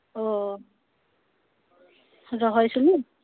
ᱚᱻ ᱨᱚᱦᱚᱭ ᱥᱩᱢᱩᱝ